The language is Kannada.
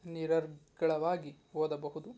ನಿರರ್ಗಳವಾಗಿ ಓದಬಹುದು